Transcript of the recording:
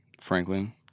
Franklin